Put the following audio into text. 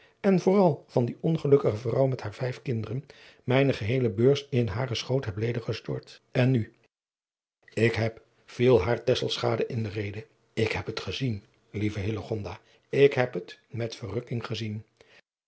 en vooral van die ongelukkige vrouw met hare vijf kinderen mijne geheele beurs in haren schoot heb ledig gestort en nu ik heb viel haar tesselschade in de rede ik heb het gezien lieve hillegonda ik heb het met verrukking gezien